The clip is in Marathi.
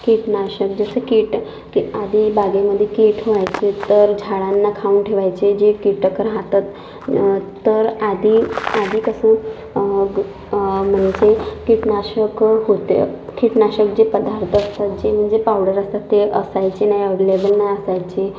कीटकनाशक जसे कीटक आधी बागेमध्ये कीटक व्हायचे तर झाडांना खाऊन ठेवायचे जे कीटक राहतात तर आधी आधी कसं म्हणायचे कीटकनाशक होते कीटकनाशक जे पदार्थ असतात जे म्हणजे पावडर असतात ते असायचे नाही अव्हेलेबल नाही असायचे